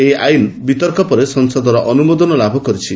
ଏହି ଆଇନ ବିତର୍କ ପରେ ସଂସଦର ଅନୁମୋଦନ ଲାଭ କରିଛି